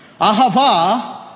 Ahava